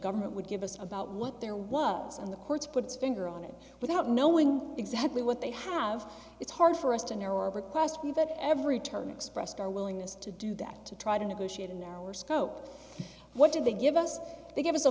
government would give us about what there was and the courts put its finger on it without knowing exactly what they have it's hard for us to narrow our request we've at every turn expressed our willingness to do that to try to negotiate a narrower scope what did they give us they gave us a